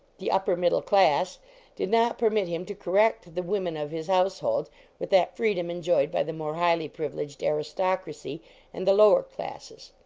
the upper middle class did not per mit him to correct the women of his house hold with that freedom enjoyed by the more highly privileged aristocracy and the lower classes.